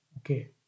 okay